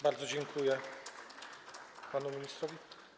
Bardzo dziękuję panu ministrowi.